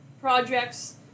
projects